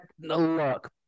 look